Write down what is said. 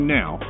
now